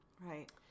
Right